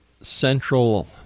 central